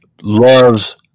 loves